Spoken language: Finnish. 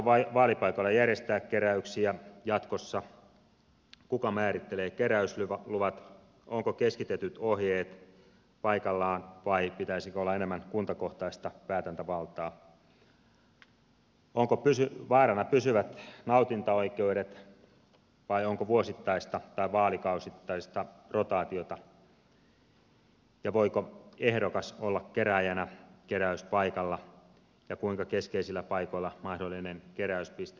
saako vaalipaikoilla järjestää keräyksiä jatkossa kuka määrittelee keräysluvat ovatko keskitetyt ohjeet paikallaan vai pitäisikö olla enemmän kuntakohtaista päätäntävaltaa onko vaarana pysyvät nautintaoikeudet vai onko vuosittaista tai vaalikausittaista rotaatiota voiko ehdokas olla kerääjänä keräyspaikalla ja kuinka keskeisillä paikoilla mahdollinen keräyspiste vaalipaikalla on